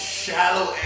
shallow